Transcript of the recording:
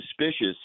suspicious